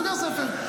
סוגר ספר,